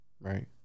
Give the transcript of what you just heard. right